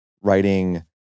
writing